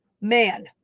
man